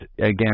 again